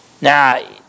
Now